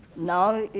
now,